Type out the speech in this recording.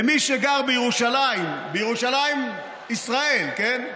למי שגר בירושלים, ישראל, כן?